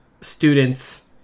students